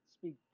speak